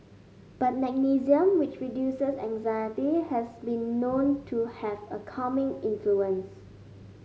but magnesium which reduces anxiety has been known to have a calming influence